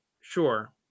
sure